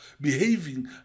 behaving